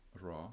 raw